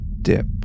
dip